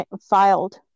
filed